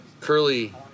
Curly